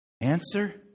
Answer